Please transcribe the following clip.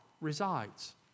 resides